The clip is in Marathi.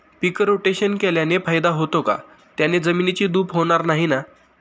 पीक रोटेशन केल्याने फायदा होतो का? त्याने जमिनीची धूप होणार नाही ना?